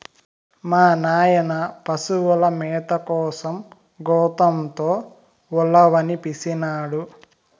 మా నాయన పశుల మేత కోసం గోతంతో ఉలవనిపినాడు